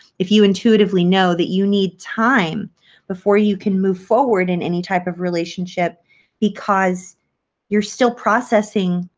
if you intuitively know that you need time before you can move forward in any type of relationship because you're still processing